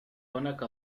هناك